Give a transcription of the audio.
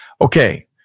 Okay